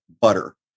butter